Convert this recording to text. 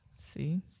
See